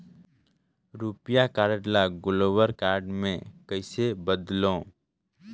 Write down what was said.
रुपिया कारड ल global card मे कइसे बदलव?